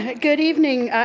ah good evening.